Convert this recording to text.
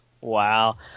Wow